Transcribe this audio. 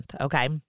Okay